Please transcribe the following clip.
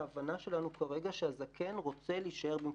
ההבנה שלנו כרגע היא שהזקן רוצה להישאר במקומו.